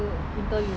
mmhmm